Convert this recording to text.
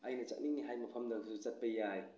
ꯑꯩꯅ ꯆꯠꯅꯤꯡꯏ ꯍꯥꯏꯕ ꯃꯐꯝꯗꯁꯨ ꯆꯠꯄ ꯌꯥꯏ